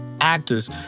actors